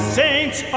saints